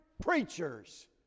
preachers